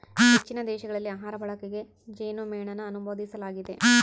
ಹೆಚ್ಚಿನ ದೇಶಗಳಲ್ಲಿ ಆಹಾರ ಬಳಕೆಗೆ ಜೇನುಮೇಣನ ಅನುಮೋದಿಸಲಾಗಿದೆ